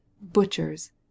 BUTCHERS